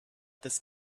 this